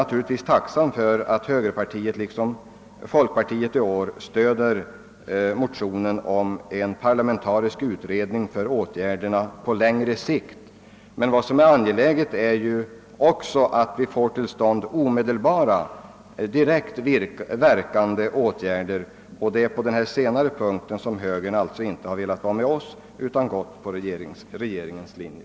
Naturligtvis är jag tacksam för att högerpartiet i år liksom folkpartiet stöder motionen om en parlamentarisk utredning om åtgärder på längre sikt. Det är emellertid också angeläget att vi får till stånd omedelbara och direkt verkande åtgärder, och på denna punkt har högern alltså inte velat följa oss utan föredragit regeringens linje.